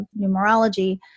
numerology